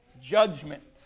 judgment